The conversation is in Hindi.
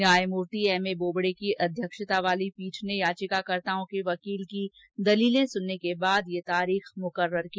न्यायमूर्ति एमए बोबडे की अध्यक्षता वाली पीठ ने याचिकाकर्ताओं के वकील की दलीलें सुनने के बाद ये तारीख मुकर्रर की